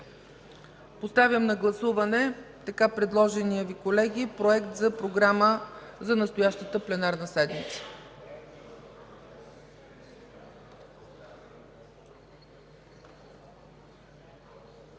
Поставям на гласуване така предложения Проект за програма за настоящата пленарна седмица.